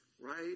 right